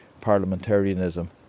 parliamentarianism